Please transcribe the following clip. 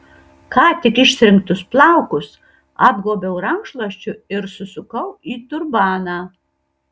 ką tik ištrinktus plaukus apgobiau rankšluosčiu ir susukau į turbaną